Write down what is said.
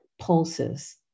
pulses